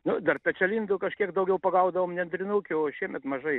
nu dar pečialindų kažkiek daugiau pagaudavom nendrinukių o šiemet mažai